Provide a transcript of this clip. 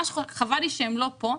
חבל לי שהם לא כאן.